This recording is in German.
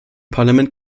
parlament